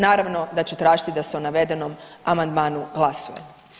Naravno da ću tražiti da se o navedenom amandmanu glasuje.